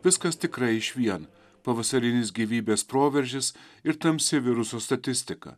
viskas tikrai išvien pavasarinis gyvybės proveržis ir tamsi viruso statistika